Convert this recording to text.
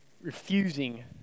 refusing